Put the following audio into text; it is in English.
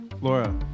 Laura